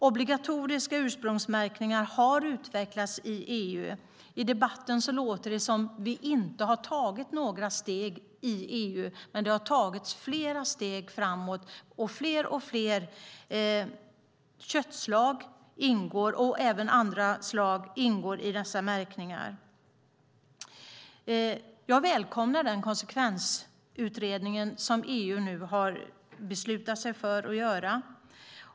Obligatorisk ursprungsmärkning har utvecklats i EU. I debatten låter det som att vi inte har tagit några steg i EU, men det har tagits flera steg framåt. Fler och fler köttslag ingår, och även andra slags produkter, i dessa märkningar. Jag välkomnar den konsekvensutredning som EU beslutat sig för att göra.